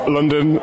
London